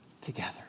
together